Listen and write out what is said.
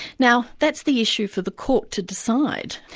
now that's the issue for the court to decide.